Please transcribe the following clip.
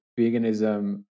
veganism